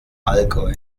allgäu